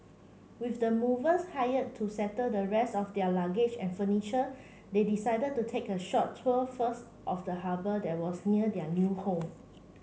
with the movers hired to settle the rest of their luggage and furniture they decided to take a short tour first of the harbour that was near their new home